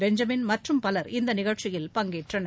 Benjamin மற்றும் Power இந்த நிகழ்ச்சியில் பங்கேற்றனர்